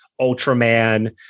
Ultraman